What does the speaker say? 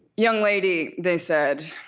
young lady, they said,